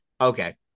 okay